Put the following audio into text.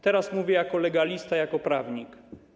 Teraz mówię jako legalista, jako prawnik.